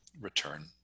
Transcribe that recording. return